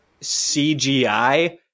CGI